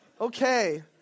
okay